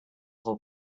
whole